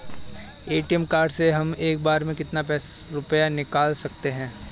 ATM card से हम एक बार में कितना रुपया निकाल सकते हैं?